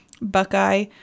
Buckeye